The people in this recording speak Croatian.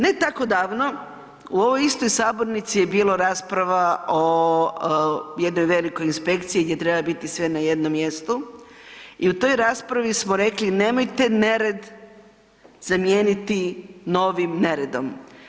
Ne tako davno, u ovoj istoj sabornici je bila rasprava o jednoj velikoj inspekciji gdje treba biti sve na jednom mjestu i u toj raspravi smo rekli nemojte nered zamijeniti novim neredom.